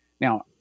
Now